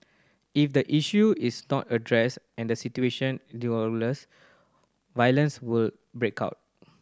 if the issue is not addressed and the situation violence will break out